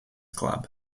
club